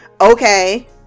Okay